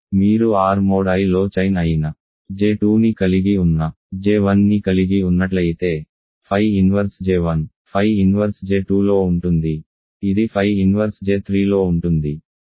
కాబట్టి మీరు R mod Iలో చైన్ అయిన J2ని కలిగి ఉన్న J1ని కలిగి ఉన్నట్లయితే phi inverse J1 phi inverse J2లో ఉంటుంది ఇది phi ఇన్వర్స్ J3లో ఉంటుంది